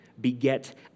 beget